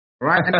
Right